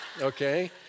Okay